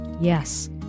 Yes